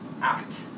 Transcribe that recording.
act